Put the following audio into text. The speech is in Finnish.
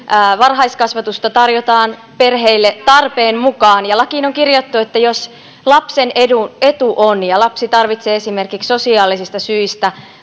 varhaiskasvatusta tarjotaan perheille tarpeen mukaan ja lakiin on kirjattu että jos lapsen etu on ja lapsi tarvitsee esimerkiksi sosiaalisista syistä